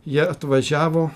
jie atvažiavo